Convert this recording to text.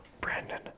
Brandon